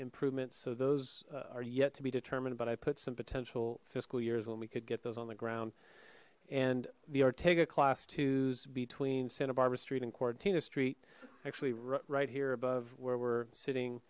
improvements so those are yet to be determined but i put some potential fiscal years when we could get those on the ground and the ortega class twos between santa barbara street and quarantine o street actually right here above where we're sitting